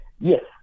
Yes